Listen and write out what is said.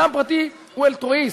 אדם פרטי הוא אלטרואיסט,